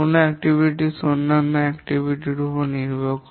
কোনও কার্যক্রম অন্যান্য কার্যকলাপ র উপর নির্ভর করে